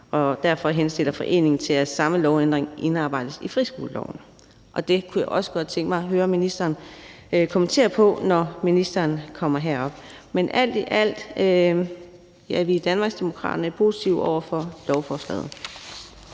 Derfor henstiller foreningen til, at samme lovændring indarbejdes i friskoleloven, og det kunne jeg også godt tænke mig at høre ministerens kommentar til, når ministeren kommer herop på talerstolen. Men alt i alt er vi i Danmarksdemokraterne positive over for lovforslaget.